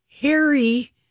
Harry